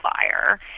fire